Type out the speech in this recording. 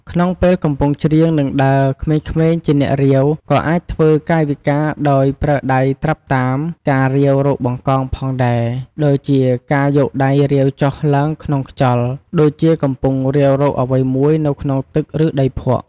ក្នុងពេលកំពុងច្រៀង និងដើរ ក្មេងៗជា អ្នករាវ ក៏អាចធ្វើ កាយវិការដោយប្រើដៃត្រាប់តាម ការរាវរកបង្កងផងដែរ ដូចជាការយកដៃរាវចុះឡើងក្នុងខ្យល់ ដូចជាកំពុងរាវរកអ្វីមួយនៅក្នុងទឹក ឬដីភក់។